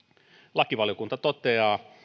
lakivaliokunta toteaa